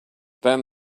then